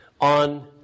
on